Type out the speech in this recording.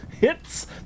Hits